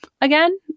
again